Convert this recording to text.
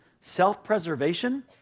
self-preservation